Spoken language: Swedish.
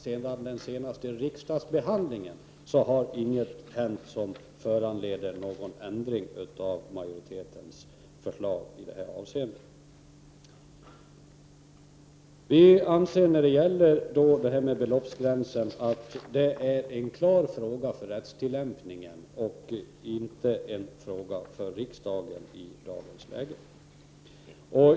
Sedan den senaste riksdagsbehandlingen har inget hänt som föranleder någon ändring av majoritetens förslag i detta avseende. När det gäller beloppsgränser anser vi att det är en klar fråga för rättstilllämpningen och inte en fråga för riksdagen i dagens läge.